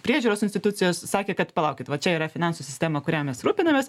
priežiūros institucijos sakė kad palaukit va čia yra finansų sistema kurią mes rūpinamės